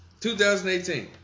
2018